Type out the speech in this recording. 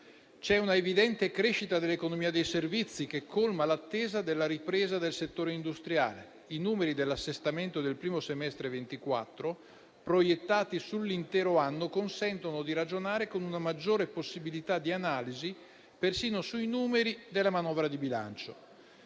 C'è una evidente crescita dell'economia dei servizi, che colma l'attesa della ripresa del settore industriale, i numeri dell'assestamento del primo semestre 2024 proiettati sull'intero anno consentono di ragionare con una maggiore possibilità di analisi persino sui numeri della manovra di bilancio.